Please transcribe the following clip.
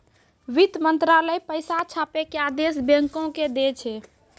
वित्त मंत्रालय पैसा छापै के आदेश बैंको के दै छै